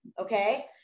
okay